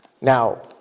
Now